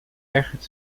ergert